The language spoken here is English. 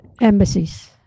embassies